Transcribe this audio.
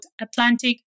Atlantic